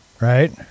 Right